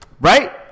Right